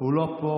הוא לא פה.